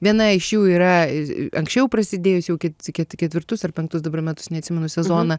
viena iš jų yra i anksčiau prasidėjus jau kec ket ketvirtus ar penktus dabar metus neatsimenu sezoną